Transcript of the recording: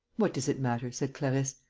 what does it matter? said clarisse.